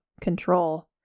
control